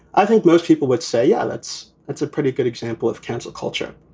i think most people would say, yeah, that's that's a pretty good example of council culture.